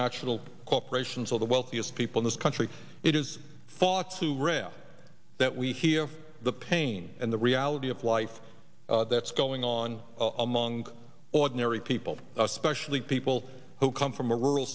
national corporations or the wealthiest people in this country it is thought to read that we hear the pain and the reality of life that's going on among ordinary people especially people who come from a rural